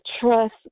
Trust